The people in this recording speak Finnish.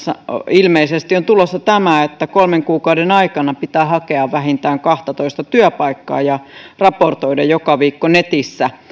ilmeisesti on tulossa tämä että kolmen kuukauden aikana pitää hakea vähintään kahtatoista työpaikkaa ja raportoida joka viikko netissä